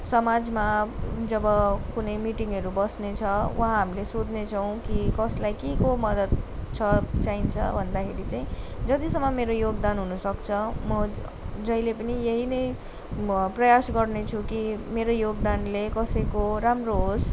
समाजमा जब कुनै मिटिङहरू बस्नेछ वहाँ हामीले सोध्नेछौँ कि कसलाई केको मद्दत छ चाहिन्छ भन्दाखेरि चाहिँ जतिसम्म मेरो योगदान हुनसक्छ म जहिले पनि यही नै म प्रयास गर्नेछु कि मेरो योगदानले कसैको राम्रो होस्